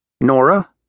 Nora